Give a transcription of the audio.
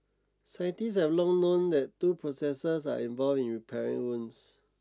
scientists have long known that two processes are involved in repairing wounds